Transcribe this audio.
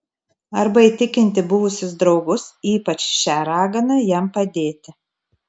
arba įtikinti buvusius draugus ypač šią raganą jam padėti